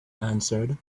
answered